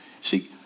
See